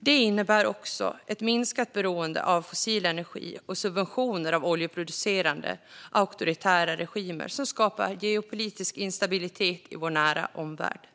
Det innebär också ett minskat beroende av fossil energi och subventioner av oljeproducerande auktoritära regimer som skapar geopolitisk instabilitet i vår nära omvärld.